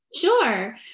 Sure